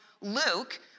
Luke